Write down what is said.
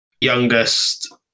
youngest